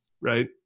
right